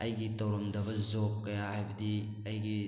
ꯑꯩꯒꯤ ꯇꯧꯔꯝꯗꯕ ꯖꯣꯕ ꯀꯌꯥ ꯍꯥꯏꯕꯗꯤ ꯑꯩꯒꯤ